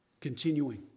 Continuing